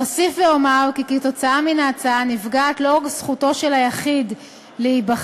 אוסיף ואומר כי כתוצאה מן ההצעה נפגעת לא רק זכותו של היחיד להיבחר,